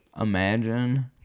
Imagine